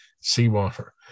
seawater